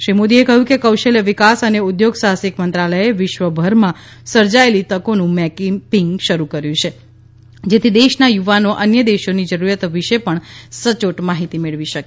શ્રી મોદીએ કહ્યું કે કૌશલ્ય વિકાસ અને ઉદ્યોગસાહ્સિક મંત્રાલયે વિશ્વભરમાં સર્જાયેલી તકોનું મેપિંગ શરૂ કર્યું છે જેથી દેશના યુવાનો અન્ય દેશોની જરૂરિયાતો વિશે પણ સચોટ માહિતી મેળવી શકે